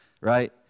right